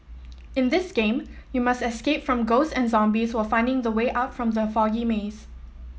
in this game you must escape from ghost and zombies while finding the way out from the foggy maze